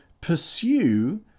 pursue